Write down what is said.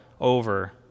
over